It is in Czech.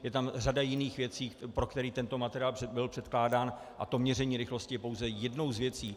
Je tam řada jiných věcí, pro který tento materiál byl předkládán, a to měření rychlosti je pouze jednou z věcí.